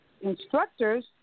instructors